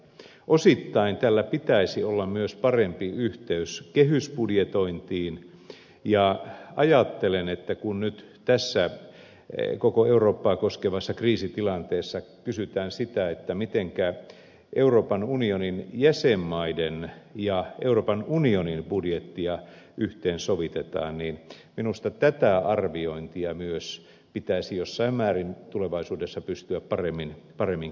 osittain tällä pitäisi olla myös parempi yhteys kehysbudjetointiin ja ajattelen että kun nyt tässä koko eurooppaa koskevassa kriisitilanteessa kysytään sitä mitenkä euroopan unionin jäsenmaiden ja euroopan unionin budjettia yhteensovitetaan niin minusta tätä arviointia myös pitäisi jossain määrin tulevaisuudessa pystyä paremmin kytkemään